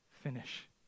finish